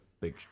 Big